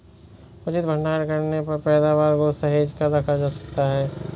उचित भंडारण करने पर पैदावार को सहेज कर रखा जा सकता है